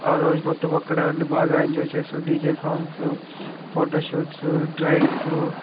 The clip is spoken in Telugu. ఆ రోజు మొత్తం అక్కడే ఉండి బాగా ఎంజాయ్ చేస్తూ డిజే సాంగ్స్ ఫోటోషూట్స్ డ్రైవ్స్